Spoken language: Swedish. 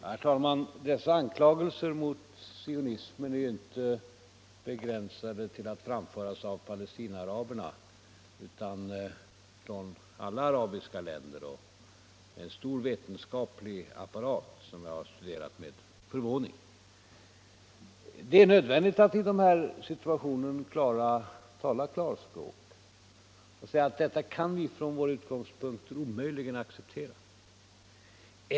Herr talman! Dessa anklagelser mot sionismen framförs ju inte bara från palestinaaraberna utan från alla arabiska länder. Det är en stor vetenskaplig apparat, som jag har studerat med förvåning. Det är nödvändigt att i denna situation tala klarspråk och säga att vi från vår utgångspunkt omöjligen kan acceptera detta.